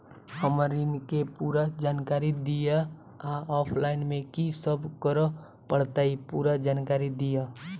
हम्मर ऋण केँ पूरा जानकारी दिय आ ऑफलाइन मे की सब करऽ पड़तै पूरा जानकारी दिय?